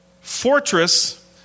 fortress